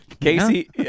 Casey